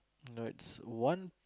no it's one